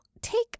take